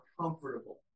comfortable